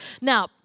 Now